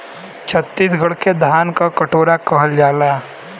छतीसगढ़ के धान क कटोरा कहल जाला